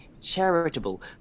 charitable